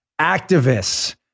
activists